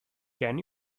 can